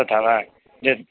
तथा वा यद्